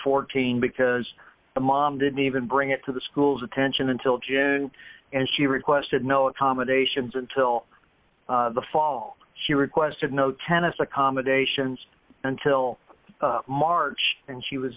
fourteen because the mom didn't even bring it to the school's attention until june and she requested no accommodations until the fall she requested no tennis accommodations until march and she was